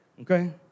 Okay